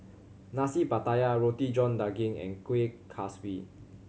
Nasi Pattaya Roti John Daging and Kueh Kaswi